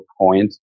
point